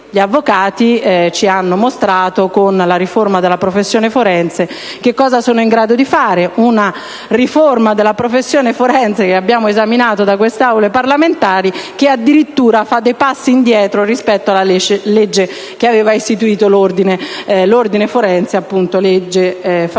gli avvocati, questi ci hanno mostrato con la riforma della professione forense che cosa sono in grado di fare: una riforma della professione forense che abbiamo esaminato in quest'Aula parlamentare che addirittura fa dei passi indietro rispetto alla legge fascista che aveva istituito l'ordine forense. Le liberalizzazioni,